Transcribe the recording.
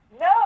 No